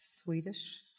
Swedish